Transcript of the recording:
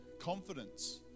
confidence